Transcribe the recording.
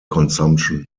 consumption